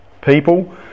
people